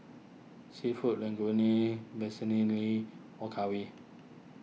Seafood Linguine Vermicelli Okayu